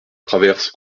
traverse